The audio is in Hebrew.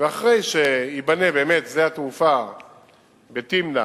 ואחרי שייבנה באמת שדה התעופה בתמנע,